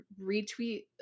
retweet